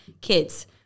kids